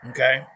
Okay